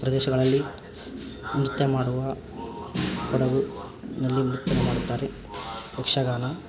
ಪ್ರದೇಶಗಳಲ್ಲಿ ನೃತ್ಯ ಮಾಡುವ ಕೊಡಗಿನಲ್ಲಿ ನೃತ್ಯ ಮಾಡುತ್ತಾರೆ ಯಕ್ಷಗಾನ